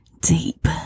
Deep